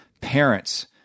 parents